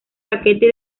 paquete